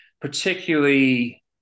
particularly